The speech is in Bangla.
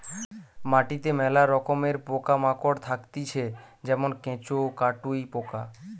মাটিতে মেলা রকমের পোকা মাকড় থাকতিছে যেমন কেঁচো, কাটুই পোকা